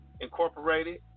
Incorporated